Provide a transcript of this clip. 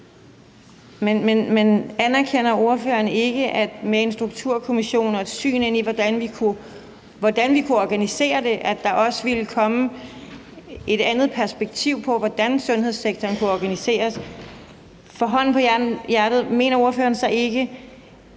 (S): Anerkender ordføreren ikke, at der med Sundhedsstrukturkommissionen og et syn på, hvordan vi kunne organisere det, også ville komme et andet perspektiv på, hvordan sundhedssektoren kunne organiseres? For hånden på hjertet: Kan ordføreren ikke